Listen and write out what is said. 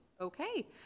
Okay